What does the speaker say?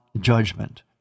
judgment